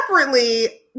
separately